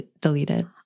deleted